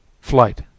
flight